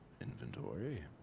inventory